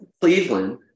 Cleveland